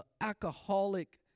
alcoholic